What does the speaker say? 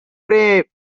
prep